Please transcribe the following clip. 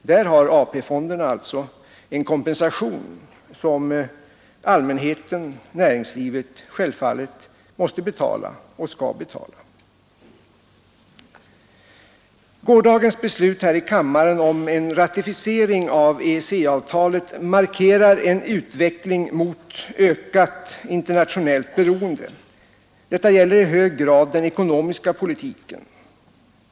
Där har alltså AP-fonden en extra favör som allmänheten —näringslivet självfallet måste betala. Gårdagens beslut här i kammaren om ratificering av EEC-avtalet markerar en utveckling mot ökat internationellt beroende. Detta gäller i hög grad den ekonomiska politiken.